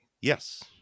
yes